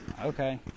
Okay